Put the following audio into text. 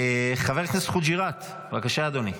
חבר הכנסת חוג'יראת, בבקשה, אדוני.